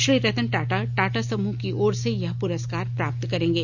श्री रतन टाटा टाटा समूह की ओर से यह पुरस्कार प्राप्त करेंगे